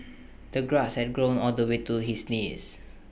the grass had grown all the way to his knees